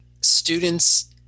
Students